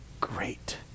great